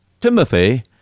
Timothy